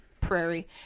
prairie